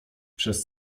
przez